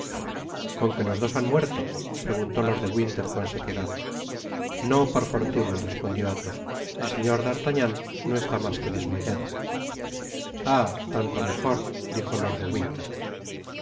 con qué los dos han muerto preguntó lord de winter con sequedad no por fortuna respondió athos el señor d'artagnan no esta mas que desmayado ah tanto mejor dijo lord de winter en